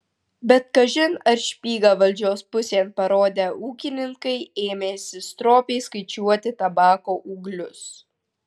bet kažin ar špygą valdžios pusėn parodę ūkininkai ėmėsi stropiai skaičiuoti tabako ūglius